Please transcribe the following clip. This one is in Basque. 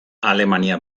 alemania